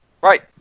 Right